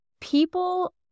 people